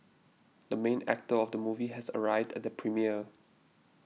the main actor of the movie has arrived at the premiere